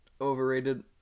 Overrated